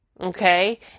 Okay